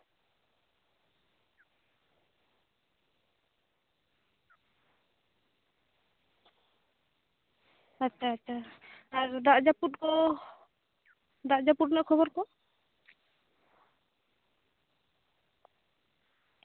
ᱟᱪᱪᱷᱟ ᱟᱪᱪᱷᱟ ᱟᱨ ᱫᱟᱜ ᱡᱟᱹᱯᱩᱫ ᱠᱚ ᱫᱟᱜ ᱡᱟᱹᱯᱩᱫ ᱨᱮᱱᱟᱜ ᱠᱷᱚᱵᱚᱨ ᱠᱚ